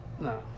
No